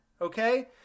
okay